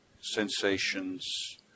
sensations